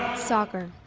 soccer,